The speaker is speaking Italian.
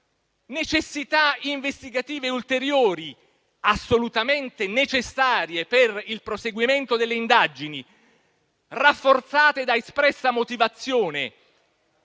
necessità investigative ulteriori assolutamente necessarie per il proseguimento delle indagini, rafforzate da espressa motivazione